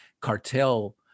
cartel